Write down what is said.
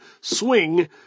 swing